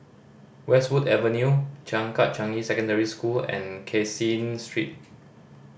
Westwood Avenue Changkat Changi Secondary School and Caseen Street